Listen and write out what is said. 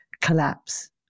collapse